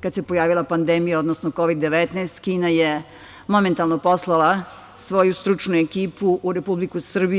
kada se pojavila pandemija, odnosno Kovid-19, Kina je momentalno poslala svoju stručnu ekipu u Republiku Srbiju.